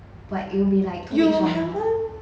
but it will be like too waste of money